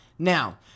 Now